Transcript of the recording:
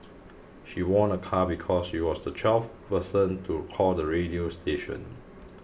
she won a car because she was the twelfth person to call the radio station